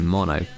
Mono